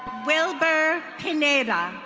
wilbur pineda.